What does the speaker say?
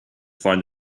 find